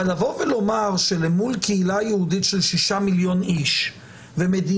אבל לבוא ולומר שלמול קהילה יהודית של שישה מיליון איש במדינה